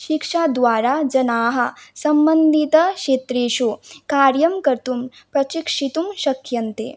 शिक्षाद्वारा जनाः सम्बन्धितक्षेत्रेषु कार्यं कर्तुं प्रशिक्षितुं शक्यन्ते